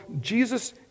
Jesus